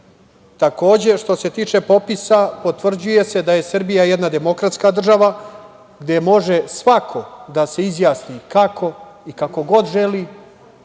virusa. Što se tiče popisa potvrđuje se da je Srbija jedna demokratska država gde može svako da se izjasni kako i kako god želi,